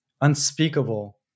unspeakable